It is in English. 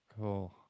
cool